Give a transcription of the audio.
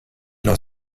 noch